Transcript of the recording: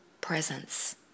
presence